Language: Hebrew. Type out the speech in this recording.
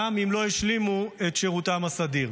גם אם לא השלימו את שירותם הסדיר.